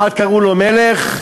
אחד קראו לו מלך,